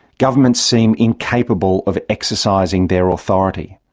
governments seem incapable of exercising their authority.